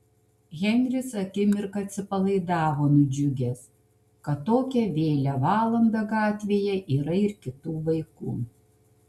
henris akimirką atsipalaidavo nudžiugęs kad tokią vėlią valandą gatvėje yra ir kitų vaikų